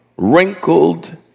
wrinkled